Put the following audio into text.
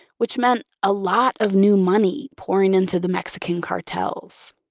which meant a lot of new money pouring into the mexican cartels.